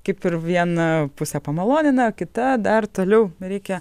kaip ir vieną pusę pamalonina o kita dar toliau reikia